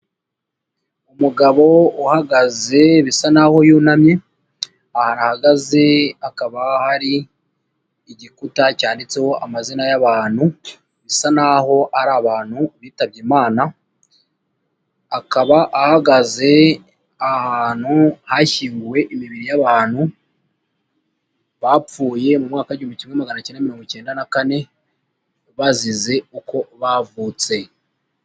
Umugabo uhagaze bisa naho yunamye, ahantu ahagaze hakaba hari igikuta cyanditseho amazina y'abantu, bisa naho ari abantu bitabye imana, akaba ahagaze ahantu hashyinguwe imibiri y'abantu bapfuyeka mu mwaka w'igihumbi kimwe maganacyenda mirongo icyenda na kane, bazize uko bavutse.